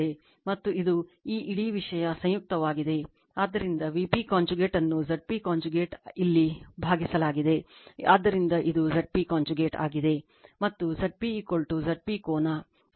ಮತ್ತು ಇದು ಈ ಇಡೀ ವಿಷಯ ಸಂಯುಕ್ತವಾಗಿದೆ ಆದ್ದರಿಂದ Vp conjugate ಅನ್ನು Zp ಕಾಂಜುಗೇಟ್ ಇಲ್ಲಿ ಭಾಗಿಸಲಾಗಿದೆ ಆದ್ದರಿಂದ ಇದು Zp conjugate ಆಗಿದೆ ಮತ್ತು Zp Zp ಕೋನ